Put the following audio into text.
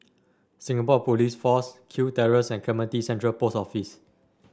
Singapore Police Force Kew Terrace and Clementi Central Post Office